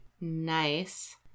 Nice